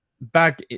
back